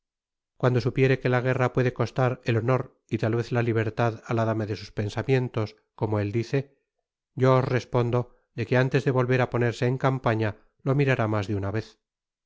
cuando supiere que la guerra puede costar el honor y tal vez la libertad á la dama de sus pensamientos como él dice yo os respondo de que antes de volver á ponerse en campaña lo mirará mas de una vez